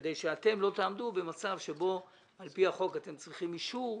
וכדי שאתם לא תעמדו במצב שבו על פי החוק אתם צריכים אישור,